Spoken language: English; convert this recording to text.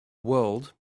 world